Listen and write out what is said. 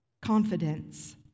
confidence